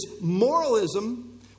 moralism